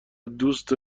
دوست